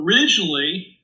originally